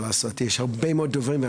יש הרבה דוברים,